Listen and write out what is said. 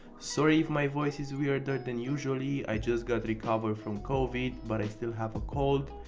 sorry if my voice is weirder than usually, i just got recovered from covid but i still have a cold.